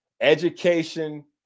education